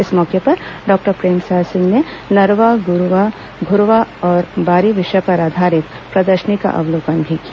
इस मौके पर डॉक्टर प्रेमसाय सिंह ने नरवा गरूवा घुरवा और बारी विषय पर आधारित प्रदर्शनी का अवलोकन भी किया